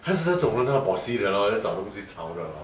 她是那种人 lor bossy 的 lor 要找东西吵的 lor